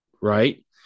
right